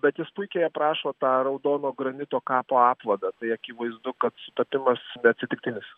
bet jis puikiai aprašo tą raudono granito kapo apvadą tai akivaizdu kad sutapimas neatsitiktinis